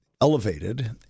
elevated